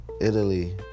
Italy